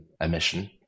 emission